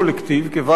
כוועד עובדים,